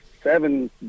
seven